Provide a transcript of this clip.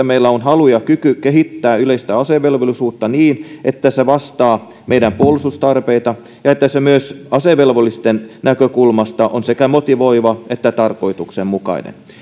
meillä on halu ja kyky kehittää yleistä asevelvollisuutta niin että se vastaa meidän puolustustarpeita ja niin että se myös asevelvollisten näkökulmasta on sekä motivoiva että tarkoituksenmukainen